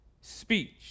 speech